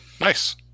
Nice